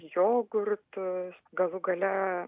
jogurtus galų gale